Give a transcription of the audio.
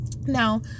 Now